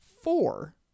four